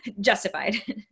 justified